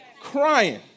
crying